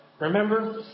Remember